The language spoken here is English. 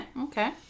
okay